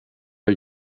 are